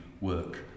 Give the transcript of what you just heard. work